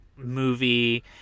movie